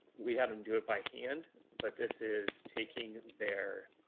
we had them do it by hand but this is taking they're